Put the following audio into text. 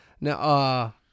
Now